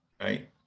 right